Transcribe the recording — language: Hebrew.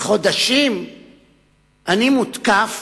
חודשים אני מותקף